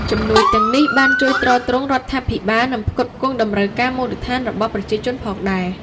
ជំនួយទាំងនេះបានជួយទ្រទ្រង់រដ្ឋាភិបាល និងផ្គត់ផ្គង់តម្រូវការមូលដ្ឋានរបស់ប្រជាជនផងដែរ ។